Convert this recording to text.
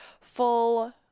full